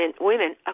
women